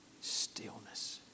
Stillness